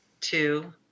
two